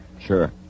Sure